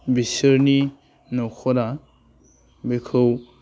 बिसोरनि नख'रा बेखौ